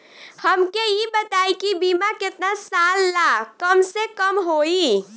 हमके ई बताई कि बीमा केतना साल ला कम से कम होई?